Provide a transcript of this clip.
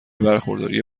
برخورداری